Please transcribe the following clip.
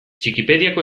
txikipediako